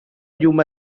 llum